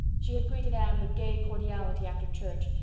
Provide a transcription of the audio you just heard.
she had greeted anne with gay cordiality after church,